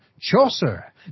Chaucer